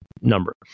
number